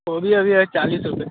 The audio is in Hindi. गोभी अभी है चालीस रुपए